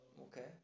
Okay